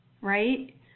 right